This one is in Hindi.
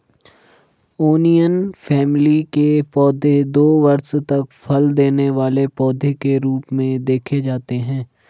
ओनियन फैमिली के पौधे दो वर्ष तक फल देने वाले पौधे के रूप में देखे जाते हैं